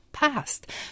Past